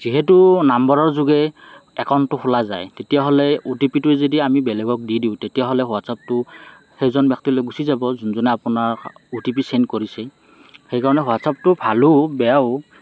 যিহেতু নাম্বাৰৰ যোগে একাউণ্টটো খোলা যায় তেতিয়াহ'লে অ টি পিটো যদি আমি বেলেগক দি দিওঁ তেতিয়াহ'লে হোৱাট্চআপটো সেইজন ব্যক্তিলৈ গুছি যাব যোনজনে আপোনাৰ অ টি পি চেণ্ড কৰিছে সেইকাৰণে হোৱাট্চআপটো ভালো বেয়াও